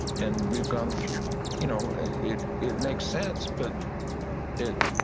and, we've gone, so you know it it makes sense, but it,